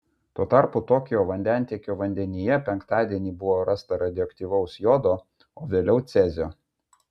tuo tarpu tokijo vandentiekio vandenyje penktadienį buvo rasta radioaktyvaus jodo o vėliau cezio